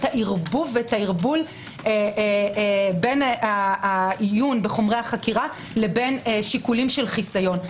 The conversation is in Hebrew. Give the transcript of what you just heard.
הערבוב ואת הערבול בין העיון בחומרי החקירה לבין שיקולי חיסיון.